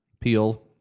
peel